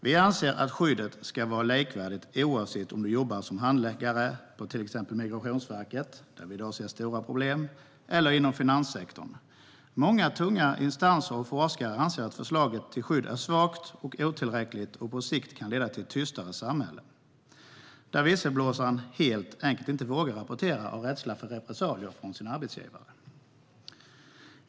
Vi anser att skyddet ska vara likvärdigt oavsett om man jobbar som handläggare på till exempel Migrationsverket, där vi i dag ser stora problem, eller inom finanssektorn. Många tunga instanser och forskare anser att förslaget till skydd är svagt och otillräckligt och på sikt kan leda till ett tystare samhälle där visselblåsaren helt enkelt inte vågar rapportera av rädsla för repressalier från sin arbetsgivare.